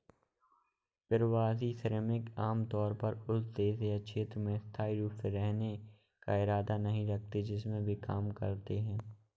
प्रवासी श्रमिक आमतौर पर उस देश या क्षेत्र में स्थायी रूप से रहने का इरादा नहीं रखते हैं जिसमें वे काम करते हैं